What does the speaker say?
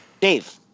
Dave